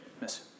miss